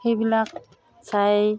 সেইবিলাক চাই